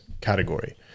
category